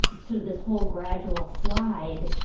sort of this whole gradual slide.